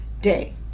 day